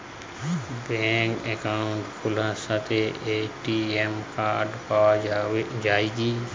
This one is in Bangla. ব্যাঙ্কে অ্যাকাউন্ট খোলার সাথেই এ.টি.এম কার্ড পাওয়া যায় কি?